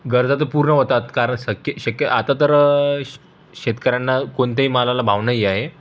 गरजा तर पूर्ण होतात कार शक शक्य आता तर शेतकऱ्यांना कोणत्याही मालाला भाव नाही आहे